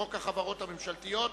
לחוק החברות הממשלתיות,